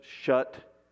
Shut